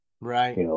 Right